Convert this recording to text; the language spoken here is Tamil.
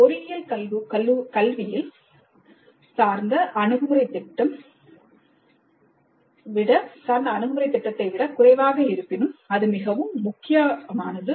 பொறியியல் கல்வியில் சார்ந்த அணுகுமுறை திட்டம் சார்ந்த அணுகு முறையை விட குறைவாக இருப்பினும் அது மிகவும் முக்கியமானது